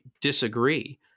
disagree